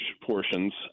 portions